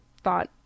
thought